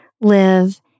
live